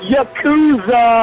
Yakuza